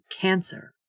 cancer